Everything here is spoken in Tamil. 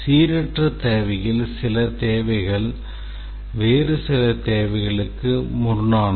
சீரற்ற தேவையில் சில தேவைகள் வேறு சில தேவைகளுக்கு முரணானவை